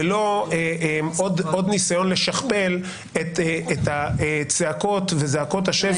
ולא עוד ניסיון לשכפל את הצעקות וזעקות השבר